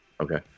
Okay